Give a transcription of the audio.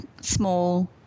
small